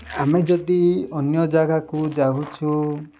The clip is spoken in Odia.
ଆମେ ଯଦି ଅନ୍ୟ ଜାଗାକୁ ଯାଉଛୁ